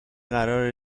قرار